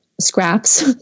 scraps